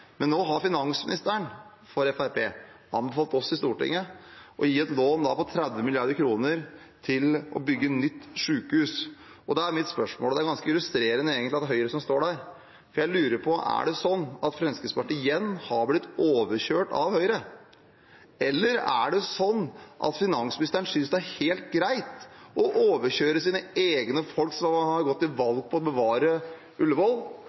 Men nå har finansministeren fra Fremskrittspartiet anbefalt oss i Stortinget å gi et lån på 30 mrd. kr til å bygge nytt sykehus. Da er mitt spørsmål – og det er egentlig ganske illustrerende at det er Høyre som står der: Er det sånn at Fremskrittspartiet igjen har blitt overkjørt av Høyre? Eller er det sånn at finansministeren synes det er helt greit å overkjøre sine egne folk som har gått til